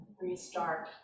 restart